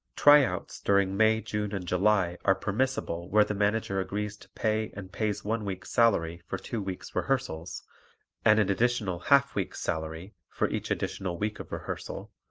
tryouts during may, june and july are permissible where the manager agrees to pay and pays one week's salary for two weeks' rehearsals and an additional half week's salary for each additional week of rehearsal,